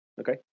Okay